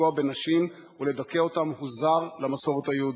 לפגוע בנשים ולדכא אותן הוא זר למסורת היהודית.